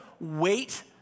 wait